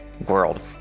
world